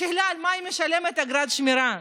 השאלה על מה היא משלמת אגרת שמירה.